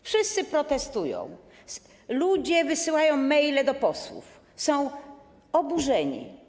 Wszyscy protestują, ludzie wysyłają maile do posłów, są oburzeni.